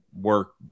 work